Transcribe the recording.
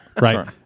Right